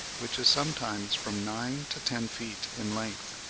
which is sometimes from nine to ten feet in length.